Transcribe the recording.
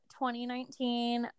2019